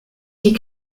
die